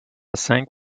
cinq